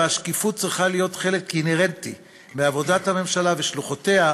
והשקיפות צריכה להיות חלק אינהרנטי מעבודת הממשלה ושלוחותיה,